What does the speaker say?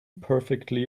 perfectly